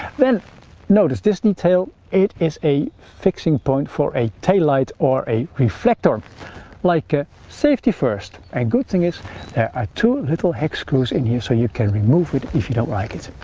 then notice this detail it is a fixing point for a taillight or a reflector like safety first and good thing is there are two little hex screws in here so you can remove it if you don't like it.